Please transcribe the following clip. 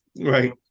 Right